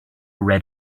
read